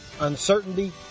uncertainty